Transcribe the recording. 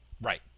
Right